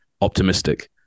optimistic